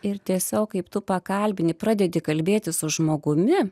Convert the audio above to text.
ir tiesiog kaip tu pakalbini pradedi kalbėtis su žmogumi